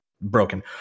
broken